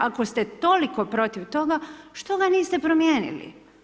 Ako ste toliko protiv toga što ga niste promijenili?